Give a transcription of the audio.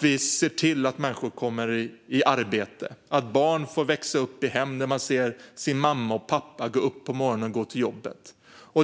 Vi ska se till att människor kommer i arbete och att barn får växa upp i hem där de ser sin mamma och pappa gå upp på morgonen och gå till jobbet.